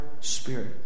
spirit